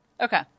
Okay